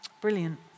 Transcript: Brilliant